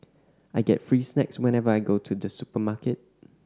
I get free snacks whenever I go to the supermarket